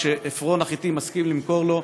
כשעפרון החתי מסכים למכור לו,